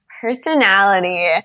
Personality